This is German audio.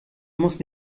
muss